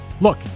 look